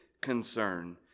concern